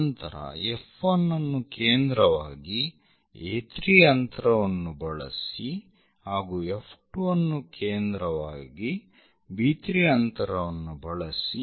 ನಂತರ F1 ಅನ್ನು ಕೇಂದ್ರವಾಗಿ A3 ಅಂತರವನ್ನು ಬಳಸಿ ಹಾಗೂ F2 ಅನ್ನು ಕೇಂದ್ರವಾಗಿ B3 ಅಂತರವನ್ನು ಬಳಸಿ